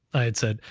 i had said,